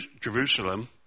Jerusalem